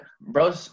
Bro